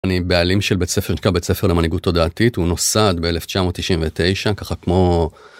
אני בעלים של בית ספר שנקרא בית הספר למנהיגות תודעתית. הוא נוסד ב1999 ככה כמו